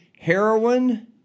Heroin